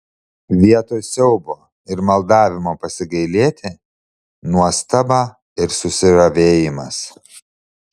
vietoj siaubo ir maldavimo pasigailėti nuostaba ir susižavėjimas